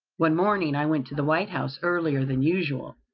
one morning i went to the white house earlier than usual.